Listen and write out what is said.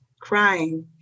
crying